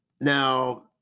now